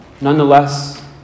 nonetheless